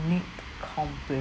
compliment